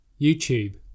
YouTube